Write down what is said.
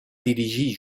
dirigir